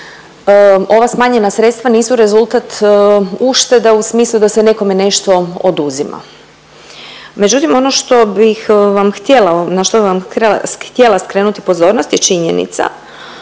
ova smanjena sredstva nisu rezultat uštede u smislu da se nekom nešto oduzima. Međutim, ono što bih vam htjela na što bih vam